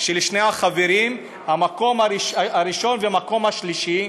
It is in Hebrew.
של שני החברים במקום הראשון ובמקום השלישי.